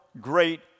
great